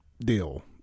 deal